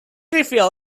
reveal